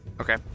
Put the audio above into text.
Okay